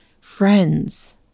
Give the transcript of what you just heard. friends